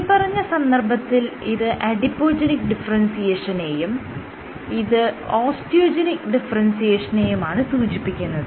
മേല്പറഞ്ഞ സന്ദർഭത്തിൽ ഇത് അഡിപോജെനിക് ഡിഫറെൻസിയേഷനെയും ഇത് ഓസ്റ്റിയോജെനിക് ഡിഫറെൻസിയേഷനെയുമാണ് സൂചിപ്പിക്കുന്നത്